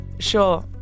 sure